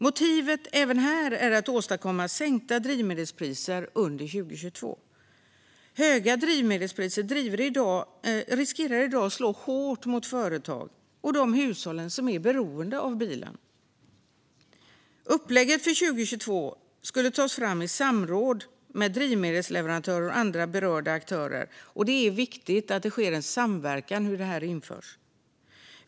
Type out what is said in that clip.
Motivet även här är att åstadkomma sänkta drivmedelspriser under 2022. Höga drivmedelspriser riskerar i dag att slå hårt mot företag och de hushåll som är beroende av bil. Upplägget för 2022 skulle tas fram i samråd med drivmedelsleverantörer och andra berörda aktörer, och det är viktigt att det sker en samverkan om hur detta genomförs.